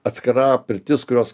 atskira pirtis kurios